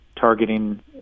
targeting